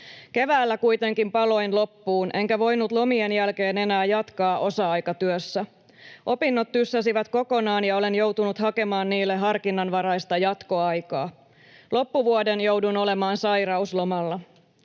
Keväällä kuitenkin paloin loppuun, enkä voinut lomien jälkeen enää jatkaa osa-aikatyössä. Opinnot tyssäsivät kokonaan, ja olen joutunut hakemaan niille harkinnanvaraista jatkoaikaa. Loppuvuoden joudun olemaan sairauslomalla.